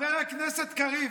חבר הכנסת קריב,